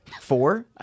Four